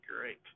great